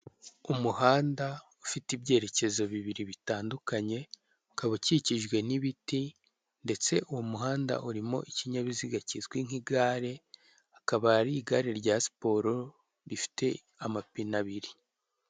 Umuhanda ufite ibyerekezo bibiri bitandukanye, ukaba ukikijwe n'ibiti, ndetse uwo muhanda ukaba urimo ikunyabiziga kizwi nk'igare, akaba ari rya sipoto rifite amapine abiri.